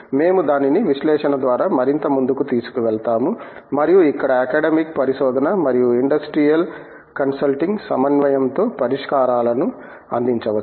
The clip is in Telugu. మేము దానిని విశ్లేషణ ద్వారా మరింత ముందుకు తీసుకువెళతాము మరియు ఇక్కడ అకాడెమిక్ పరిశోధన మరియు ఇండస్ట్రియల్ కన్సల్టింగ్ సమన్వయంతో పరిష్కారాలను అందించవచ్చు